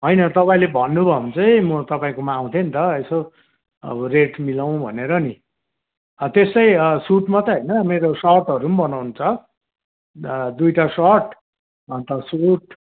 होइन तपाईँले भन्नु भयो भने चाहिँ म तपाईँकोमा आउँथेँ नि त यसो अब रेट मिलाउँ भनेर नि त्यसै सुट मात्रै होइन मेरो सर्टहरू पनि बनाउनु छ दुइटा सर्ट अन्त सुट